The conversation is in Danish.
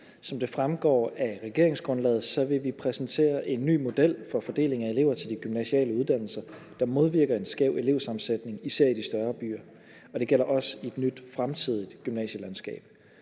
Som det fremgår af regeringsgrundlaget, vil vi præsentere en ny model for fordeling af elever til de gymnasiale uddannelser, der modvirker en skæv elevsammensætning, især i de større byer, og det gælder også i et nyt fremtidigt gymnasielandskab,